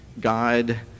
God